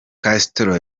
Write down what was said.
castro